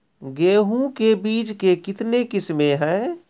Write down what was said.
गेहूँ के बीज के कितने किसमें है?